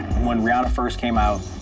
when rihanna first came out,